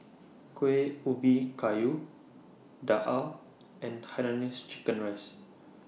Kueh Ubi Kayu Daal and Hainanese Chicken Rice